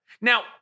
Now